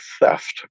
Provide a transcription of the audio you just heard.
theft